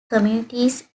communities